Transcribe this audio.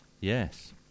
Yes